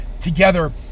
together